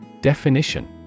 Definition